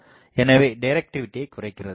எனவே டிரக்டிவிடியை குறைக்கிறது